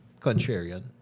contrarian